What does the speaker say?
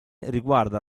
riguarda